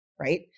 right